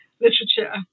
literature